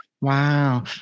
Wow